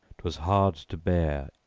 twas hard to bear,